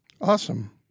Awesome